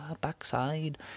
backside